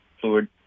fluid